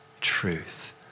truth